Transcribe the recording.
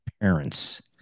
parents